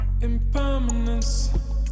Impermanence